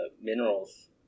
minerals